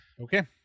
Okay